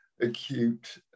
acute